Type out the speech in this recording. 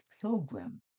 Pilgrim